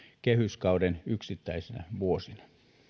kehyskauden yksittäisinä vuosina